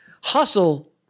hustle